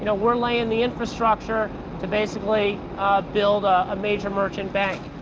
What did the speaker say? you know we're lying the infrastructure to basically build a major merchant bank.